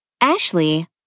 Ashley